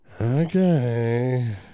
Okay